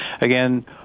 Again